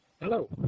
Hello